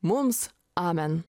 mums amen